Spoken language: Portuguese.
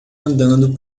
andando